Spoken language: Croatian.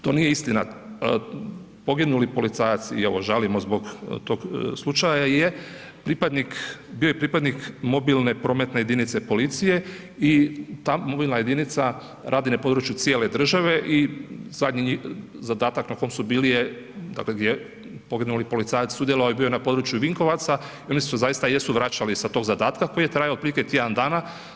To nije istina, poginuli policajac, evo i žalimo zbog tog slučaja, je bio pripadnik mobilne prometne jedinice policije i ta mobilna jedinica radi na području cijele države i zadnji zadatak na kojem su bili, dakle, gdje je poginuli policajac sudjelovao na području Vinkovaca i oni se zaista jesu vraćali sa tog zadataka, koji je trajao otprilike tjedan dna.